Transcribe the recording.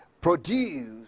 produced